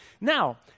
Now